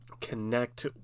connect